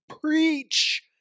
preach